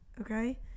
Okay